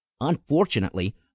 Unfortunately